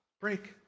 break